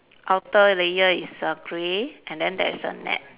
outer layer is err grey and then there is a net